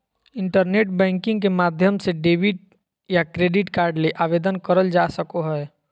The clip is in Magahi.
इंटरनेट बैंकिंग के माध्यम से डेबिट या क्रेडिट कार्ड ले आवेदन करल जा सको हय